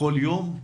כל יום,